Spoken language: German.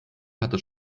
hatte